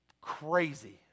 crazy